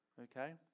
Okay